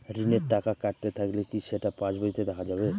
ঋণের টাকা কাটতে থাকলে কি সেটা পাসবইতে দেখা যাবে?